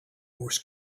wars